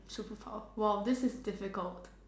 super power !wow! this is difficult